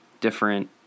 different